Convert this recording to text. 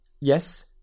yes